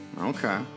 Okay